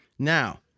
Now